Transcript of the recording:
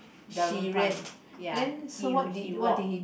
Darunpan ya he he walk